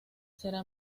será